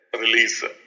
release